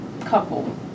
couple